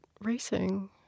racing